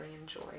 enjoy